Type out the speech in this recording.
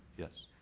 yes.